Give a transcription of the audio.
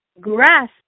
grasp